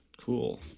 Cool